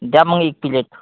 द्या मग एक पिलेट